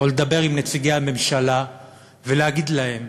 או לדבר עם נציגי הממשלה ולהגיד להם: